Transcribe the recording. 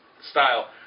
style